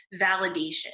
validation